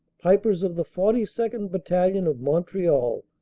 pipers of the forty second. battalion, of montreal,